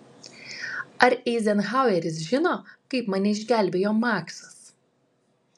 ar eizenhaueris žino kaip mane išgelbėjo maksas